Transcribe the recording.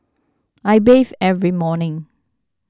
I bathe every morning